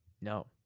No